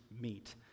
meet